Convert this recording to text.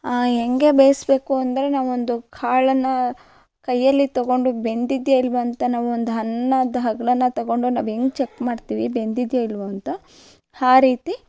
ಹೆಂಗೆ ಬೇಯಿಸ್ಬೇಕು ಅಂದರೆ ನಾವೊಂದು ಕಾಳನ್ನು ಕೈಯ್ಯಲ್ಲಿ ತೊಗೊಂಡು ಬೆಂದಿದೆಯೋ ಇಲ್ವೋ ಅಂತ ನಾವೊಂದು ಅನ್ನದ ಅಗ್ಳನ್ನು ತೊಗೊಂಡು ನಾವು ಹೆಂಗೆ ಚೆಕ್ ಮಾಡ್ತೀವಿ ಬೆಂದಿದೆಯೋ ಇಲ್ವೋ ಅಂತ ಆ ರೀತಿ